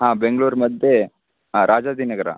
बेङ्ग्ळूर् मध्ये राजाजिनगरं